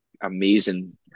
amazing